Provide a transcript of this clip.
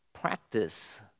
practice